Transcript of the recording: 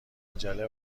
عجله